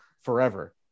forever